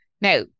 Now